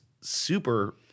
super